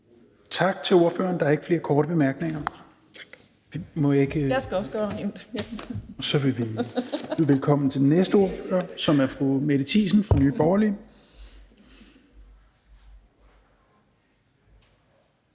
Tak til ordføreren. Der er ikke flere korte bemærkninger. Så kan vi byde velkommen til den næste ordfører, som er fru Mette Thiesen fra Nye Borgerlige.